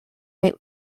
rate